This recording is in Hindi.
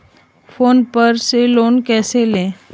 फोन पर से लोन कैसे लें?